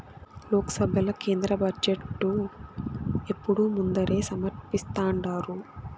లోక్సభల కేంద్ర బడ్జెటు ఎప్పుడూ ముందరే సమర్పిస్థాండారు